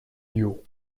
you